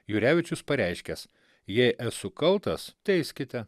jurevičius pareiškęs jei esu kaltas teiskite